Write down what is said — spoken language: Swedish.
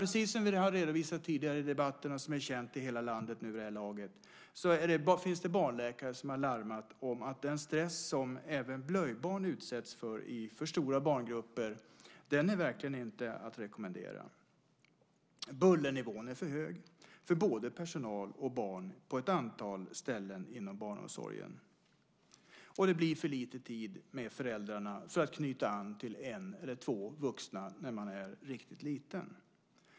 Precis som vi har redovisat tidigare i debatterna, och som är känt i hela landet vid det här laget, finns det barnläkare som har larmat om att den stress som även blöjbarn utsätts för i för stora barngrupper inte är att rekommendera. Bullernivån är för hög för både personal och barn på ett antal ställen inom barnomsorgen. Det blir för lite tid med föräldrarna för att knyta an till en eller två vuxna när man är riktigt liten.